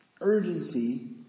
urgency